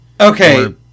Okay